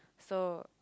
so